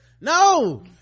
No